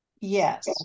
Yes